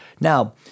Now